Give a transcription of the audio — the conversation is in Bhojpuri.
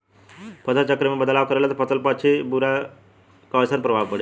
फसल चक्र मे बदलाव करला से फसल पर अच्छा की बुरा कैसन प्रभाव पड़ी?